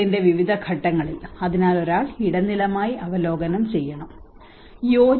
സൈക്കിളിന്റെ വിവിധ ഘട്ടങ്ങളിൽ അതിനാൽ ഒരാൾ ഇടനിലമായി അവലോകനം ചെയ്യണോ